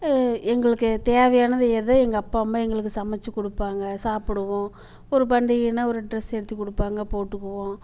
எங்களுக்கு தேவையானது எதுவும் எங்கப்பா அம்மா எங்களுக்கு சமைச்சு கொடுப்பாங்க சாப்பிடுவோம் ஒரு பண்டிகைன்னால் ஒரு ட்ரெஸ் எடுத்து கொடுப்பாங்க போட்டுக்குவோம்